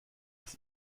aus